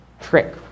trick